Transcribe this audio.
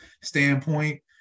standpoint